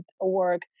work